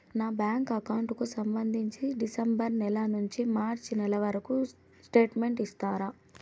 నా bank account కు సంబంధించి డిసెంబరు నెల నుండి మార్చి నెలవరకు స్టేట్మెంట్ ఇస్తారా?